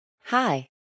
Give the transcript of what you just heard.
Hi